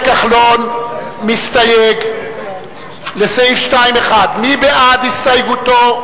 כחלון מסתייג לסעיף 2(1). מי בעד הסתייגותו?